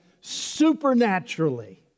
supernaturally